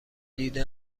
دیده